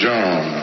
John